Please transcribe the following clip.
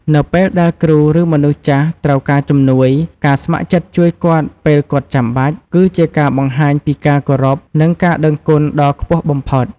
នៅពេលដែលគ្រូ ឬមនុស្សចាស់ត្រូវការជំនួយ ការស្ម័គ្រចិត្តជួយគាត់ពេលគាត់ចាំបាច់ គឺជាការបង្ហាញពីការគោរព និងការដឹងគុណដ៏ខ្ពស់បំផុត។